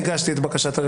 י"ז בטבת התשפ"ג.